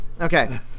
Okay